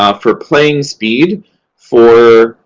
ah for playing speed for